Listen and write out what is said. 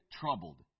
troubled